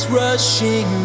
rushing